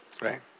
right